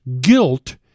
guilt